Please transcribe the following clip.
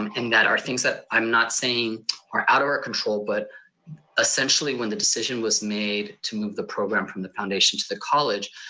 um and there are things that i'm not saying are out of our control, but essentially when the decision was made to move the program from the foundation to the college,